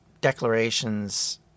declarations